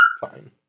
Fine